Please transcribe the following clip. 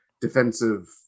defensive